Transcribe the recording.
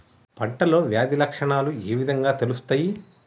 పంటలో వ్యాధి లక్షణాలు ఏ విధంగా తెలుస్తయి?